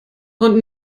und